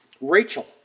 Rachel